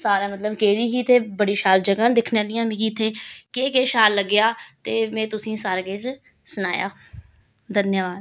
सारा मतलब गेदी ही ते बड़ी शैल जगह न दिक्खने आह्लियां मिगी इत्थें केह् केह् शैल लग्गेआ ते मै तुसेंगी सारा किश सनाया धन्यबाद